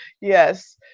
Yes